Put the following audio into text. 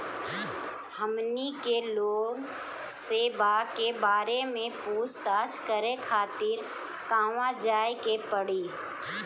हमनी के लोन सेबा के बारे में पूछताछ करे खातिर कहवा जाए के पड़ी?